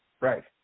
Right